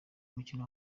mukino